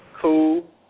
Cool